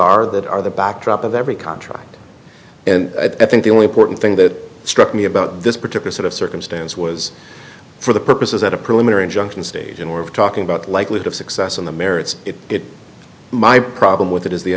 are that are the backdrop of every contract and i think the only important thing that struck me about this particular sort of circumstance was for the purposes at a preliminary injunction stage and we're talking about likelihood of success on the merits it my problem with it is the